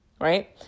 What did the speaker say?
right